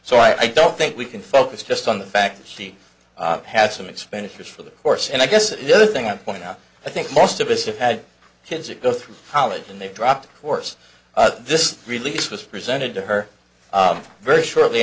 so i don't think we can focus just on the fact that she has some expenditures for the course and i guess in the other thing i point out i think most of us have had kids that go through college and they dropped a course this release was presented to her very shortly